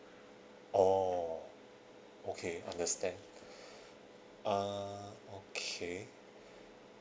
oh okay understand uh okay